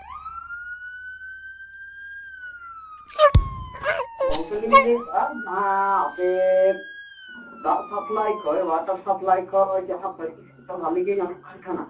ᱜᱚᱢᱠᱮ ᱞᱤᱧ ᱞᱟᱹᱭᱫᱟ ᱡᱟᱦᱟᱸ ᱟᱯᱮ ᱫᱟᱜ ᱥᱟᱯᱞᱟᱭ ᱠᱷᱚᱡ ᱚᱣᱟᱴᱟᱨ ᱥᱟᱯᱞᱟᱭ ᱠᱷᱚᱡ ᱡᱟᱦᱟᱸ ᱯᱟᱪᱤᱥ ᱨᱮ ᱵᱟᱞᱮ ᱜᱮ ᱧᱟᱢᱚᱜ ᱠᱟᱱ ᱛᱟᱦᱮᱱᱟ